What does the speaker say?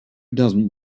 doesn’t